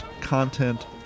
content